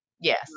Yes